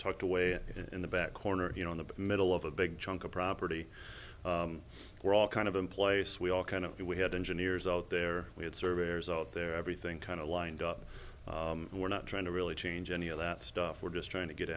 tucked away in the back corner you know in the middle of a big chunk of property we're all kind of in place we all kind of we had engineers out there we had surveyors out there everything kind of lined up we're not trying to really change any of that stuff we're just trying to get